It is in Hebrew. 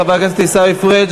חבר הכנסת עיסאווי פריג',